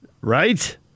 Right